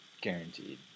guaranteed